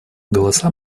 голоса